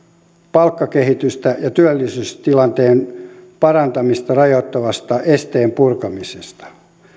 palkkakehitystä ja työllisyystilanteen parantamista rajoittavan esteen purkamisesta